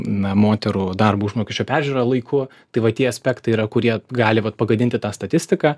na moterų darbo užmokesčio peržiūra laiku tai va tie aspektai yra kurie gali vat pagadinti tą statistiką